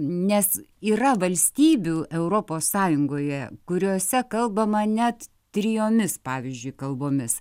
nes yra valstybių europos sąjungoje kuriose kalbama net trijomis pavyzdžiui kalbomis